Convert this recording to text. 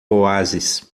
oásis